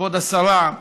כבוד השרה,